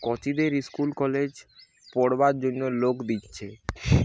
কচিদের ইস্কুল কলেজে পোড়বার জন্যে লোন দিচ্ছে